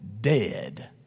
dead